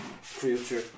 future